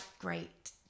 great